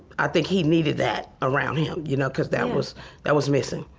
i think he needed that around him. you know cause that was that was missing.